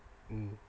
mm